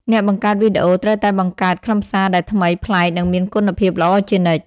អ្នកបង្កើតវីដេអូត្រូវតែបង្កើតខ្លឹមសារដែលថ្មីប្លែកនិងមានគុណភាពល្អជានិច្ច។